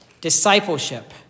discipleship